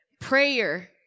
prayer